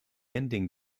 ending